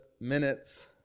minutes